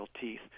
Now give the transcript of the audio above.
teeth